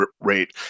rate